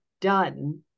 done